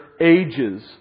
ages